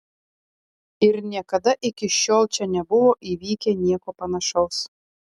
ir niekada iki šiol čia nebuvo įvykę nieko panašaus